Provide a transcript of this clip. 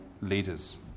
leaders